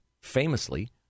famously